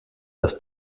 das